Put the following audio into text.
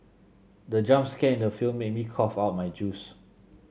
the jump scare in the film made me cough out my juice